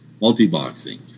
multi-boxing